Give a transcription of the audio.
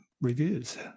reviews